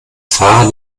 fahrer